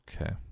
Okay